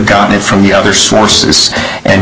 gotten it from the other sources and